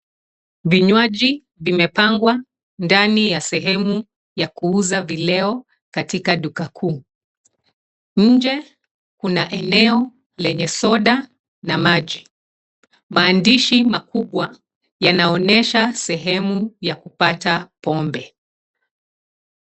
Vinywaji vimepangwa ndani ya sehemu ya kuuza vileo katika Duka Kuu. Nje, kuna eneo lenye soda na maji. Maandishi makubwa yanaonesha sehemu ya kupata pombe.